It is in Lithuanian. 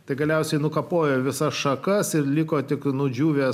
tai galiausiai nukapojo visas šakas ir liko tik nudžiūvęs